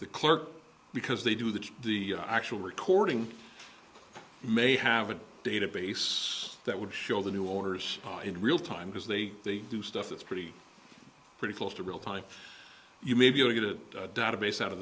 the clerk because they do that the actual recording may have a database that would show the new owners in real time because they do stuff that's pretty pretty close to real time you maybe get a database out of